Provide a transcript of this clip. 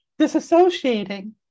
disassociating